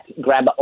Grab